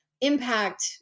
impact